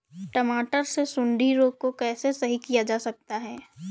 टमाटर से सुंडी रोग को कैसे सही किया जा सकता है?